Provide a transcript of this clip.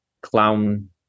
clown